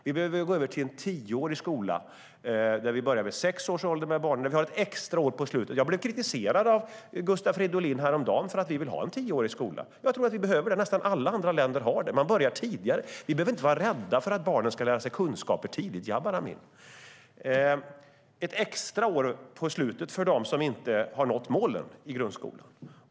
Vi behöver gå över till en tioårig skola där barnen börjar vid sex års ålder och med ett extra år på slutet. Jag blev kritiserad av Gustav Fridolin häromdagen för att vi vill ha en tioårig skola. Jag tror att vi behöver det. Nästan alla andra länder har det. Man börjar tidigare. Vi behöver inte vara rädda för att barnen ska få kunskaper tidigt, Jabar Amin. Vi vill ha ett extra år på slutet för dem som inte har nått målen i grundskolan.